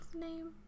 name